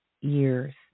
years